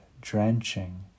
Drenching